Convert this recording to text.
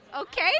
Okay